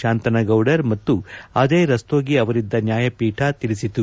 ಶಾಂತನಗೌಡರ್ ಮತ್ತು ಅಜಯ್ ರಸ್ತೋಗಿ ಅವರಿದ್ದ ನ್ಯಾಯಪೀಠ ತಿಳಿಸಿತು